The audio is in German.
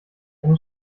eine